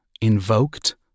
Invoked